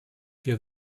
wir